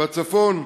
בצפון,